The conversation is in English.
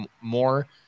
more